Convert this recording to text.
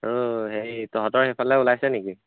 আৰু হেৰি তহঁতৰ সেইফালে ওলাইছে নেকি